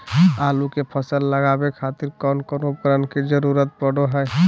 आलू के फसल लगावे खातिर कौन कौन उपकरण के जरूरत पढ़ो हाय?